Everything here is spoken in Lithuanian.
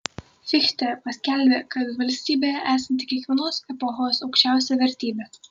fichtė paskelbė kad valstybė esanti kiekvienos epochos aukščiausia vertybė